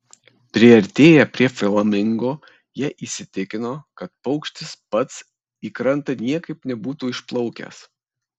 priartėję prie flamingo jie įsitikino kad paukštis pats į krantą niekaip nebūtų išplaukęs